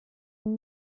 une